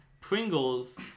Pringles